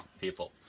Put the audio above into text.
people